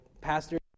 Pastor